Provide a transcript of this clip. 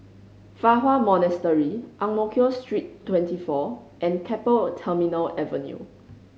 Fa Hua Monastery Ang Mo Kio Street Twenty Four and Keppel Terminal Avenue